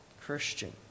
Christian